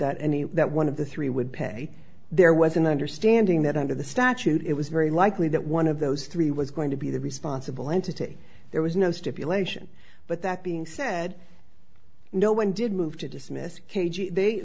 any that one of the three would pay there was an understanding that under the statute it was very likely that one of those three was going to be the responsible entity there was no stipulation but that being said no one did move to dismiss k g th